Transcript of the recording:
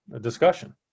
discussion